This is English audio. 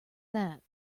that